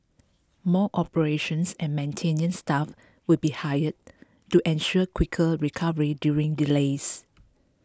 more operations and maintenance staff will be hired to ensure quicker recovery during delays